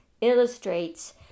illustrates